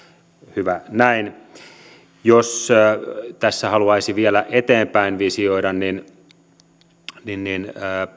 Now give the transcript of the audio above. hyvä näin jos tässä haluaisi vielä eteenpäin visioida niin niin